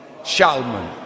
Shalman